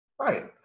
Right